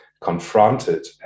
confronted